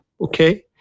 okay